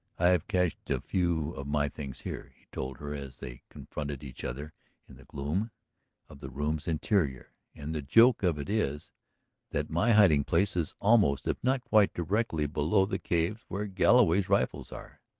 i have cached a few of my things here, he told her as they confronted each other in the gloom of the room's interior. and the joke of it is that my hiding-place is almost if not quite directly below the caves where galloway's rifles are.